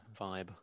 vibe